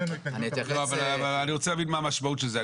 לא, אבל אני רוצה להבין מה המשמעות של זה.